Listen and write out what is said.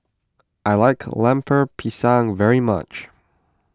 I like Lemper Pisang very much